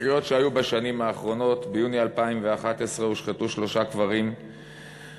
תקריות שהיו בשנים האחרונות: ביוני 2011 הושחתו שלושה קברים באשדוד,